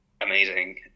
amazing